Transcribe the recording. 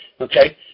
Okay